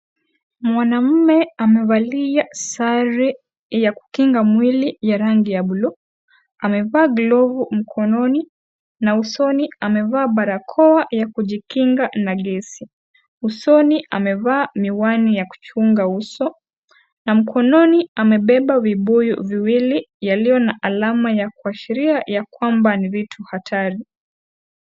Mwanamume amevalia sare ya kukinga mwili ya rangi ya bluu, amevaa glovu mkononi, na usoni amevaa barakoa ya kujikinga na gesi. Usoni amevaa miwani ya kuchunga uso, na mkononi amebeba vibuyu viwili yaliyo na alama ya kuashiria ya kwamba ni vitu hatari.